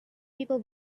people